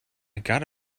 gotta